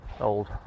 old